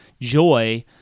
joy